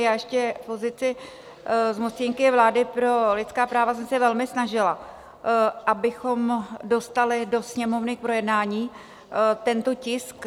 Já ještě v pozici zmocněnkyně vlády pro lidská práva jsem se velmi snažila, abychom dostali do Sněmovny k projednání tento tisk.